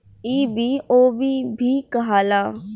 ई बी.ओ.बी भी कहाला